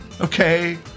Okay